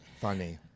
Funny